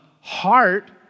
heart